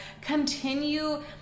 continue